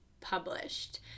published